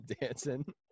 dancing